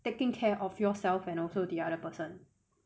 taking care of yourself and also the other person